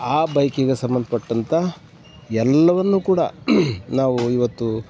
ಆ ಬೈಕಿಗೆ ಸಂಬಂಧಪಟ್ಟಂತಹ ಎಲ್ಲವನ್ನು ಕೂಡ ನಾವು ಇವತ್ತು